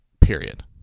Period